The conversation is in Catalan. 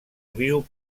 riu